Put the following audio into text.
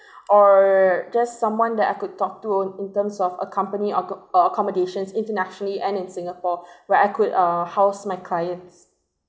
or just someone that I could talk to in terms of a company acco~ accommodations internationally and in singapore where I could uh house my clients